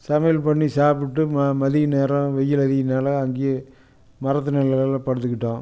சமையல் பண்ணி சாப்பிட்டு ம மதிய நேரம் வெயில் அதிகம்னால அங்கேயே மரத்து நிழல்ல படுத்துக்கிட்டோம்